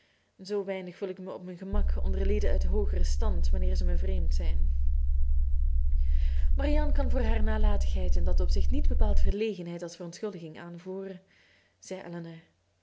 zoo weinig voel ik mij op mijn gemak onder lieden uit hoogeren stand wanneer ze mij vreemd zijn marianne kan voor haar nalatigheid in dat opzicht niet bepaald verlegenheid als verontschuldiging aanvoeren zei